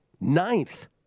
Ninth